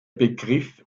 begriff